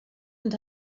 und